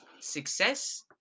success